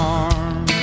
arm